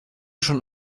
schon